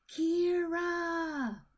Kira